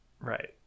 right